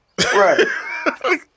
right